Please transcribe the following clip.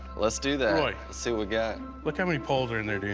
let's do that. roy, so and look how many poles are in there, dude.